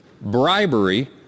bribery